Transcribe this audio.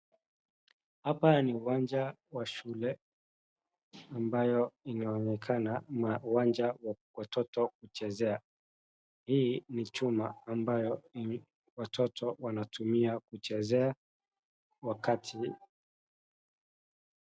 Hapa ni uwanja wa shule ambayo inaonekana ni uwanja wa watoto kuchezea. Hii ni chuma ambayo watoto wanatumia kuchezea wakati....